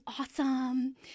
awesome